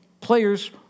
players